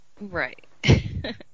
Right